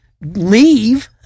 leave